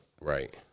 Right